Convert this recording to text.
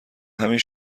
همین